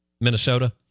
Minnesota